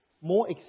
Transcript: more